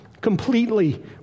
completely